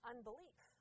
Unbelief